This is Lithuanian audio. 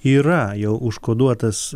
yra jau užkoduotas